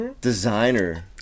designer